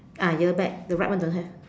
ah ear back the right one don't have